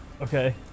Okay